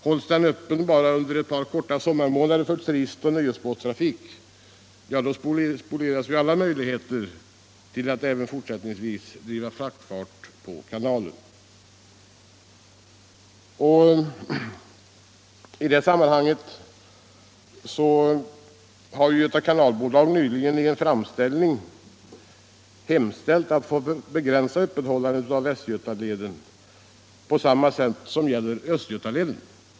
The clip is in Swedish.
Hålls den bara öppen under ett par korta sommarmånader Göta Kanalbolag har nyligen i en framställning hemställt att få begränsa öppethållandet av Västgötaleden på samma sätt som gäller för Östgötaleden.